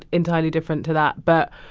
entirely different to that. but